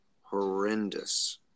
horrendous